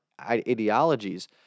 ideologies